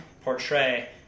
portray